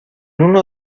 uno